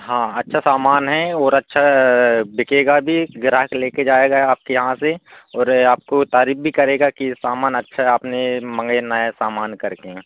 हाँ अच्छा सामान है और अच्छा बिकेगा भी ग्राहक लेकर जाएगा आपके यहाँ से और आपकी तारीफ़ भी करेगा कि सामान अच्छा आपने मँगाया नया सामान करके